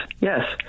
Yes